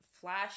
flash